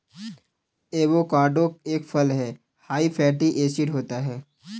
avocado एक फल हैं हाई फैटी एसिड होता है